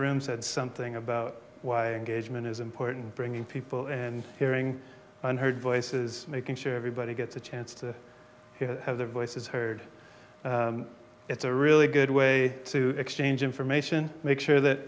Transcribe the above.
room said something about why gauge mint is important bringing people and hearing and heard voices making sure everybody gets a chance to hear have their voices heard it's a really good way to exchange information make sure that